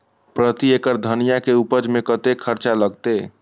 प्रति एकड़ धनिया के उपज में कतेक खर्चा लगते?